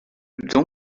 don